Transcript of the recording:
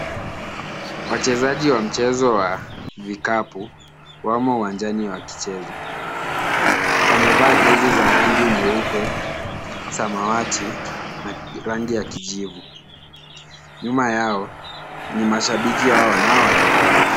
Wachezaji wa mchezo wa vikapu wamo uwanjani wakicheza. Wamevaa jezi za rangi nyeupe, samawati na rangi ya kijivu. Nyuma yao ni mashabiki wao wanaowatazama.